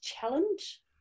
challenge